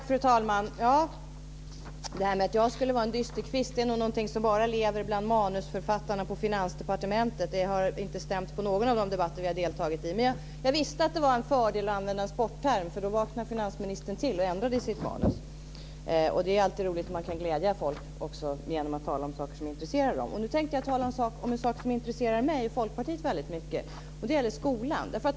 Fru talman! Det här med att jag skulle vara en dysterkvist är nog någonting som bara lever bland manusförfattarna på Finansdepartementet. Det har inte stämt i någon av de debatter vi har deltagit i. Jag visste att det var en fördel att använda en sportterm. Då vaknade finansministern till och ändrade i sitt manus. Det är alltid roligt när man kan glädja folk genom att tala om saker som intresserar dem. Nu tänkte jag tala om en sak som intresserar mig och Folkpartiet väldigt mycket. Det gäller skolan.